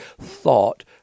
thought